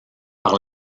par